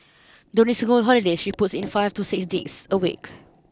during school holidays she puts in five to six digs a week